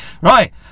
Right